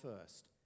first